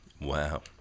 wow